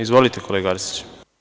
Izvolite, kolega Arsiću.